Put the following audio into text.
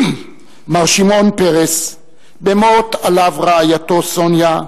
מר שמעון פרס, במות עליו רעייתו סוניה,